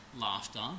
laughter